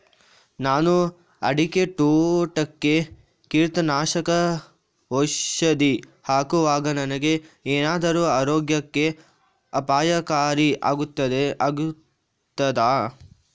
ನಾನು ಅಡಿಕೆ ತೋಟಕ್ಕೆ ಕೀಟನಾಶಕ ಔಷಧಿ ಹಾಕುವಾಗ ನನಗೆ ಏನಾದರೂ ಆರೋಗ್ಯಕ್ಕೆ ಅಪಾಯಕಾರಿ ಆಗುತ್ತದಾ?